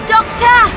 Doctor